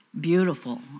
beautiful